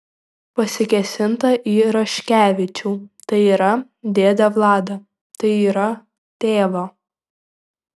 pasikėsinta į raškevičių tai yra dėdę vladą tai yra tėvą